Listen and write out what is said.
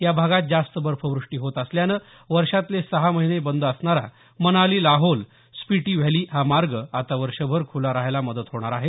या भागात जास्त बर्फव्रष्टी होत असल्यानं वर्षातले सहा महिने बंद असणारा मनाली लाहौल स्पिटी व्हॅली हा मार्ग आता वर्षभर खुला राहायला मदत होणार आहे